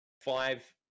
five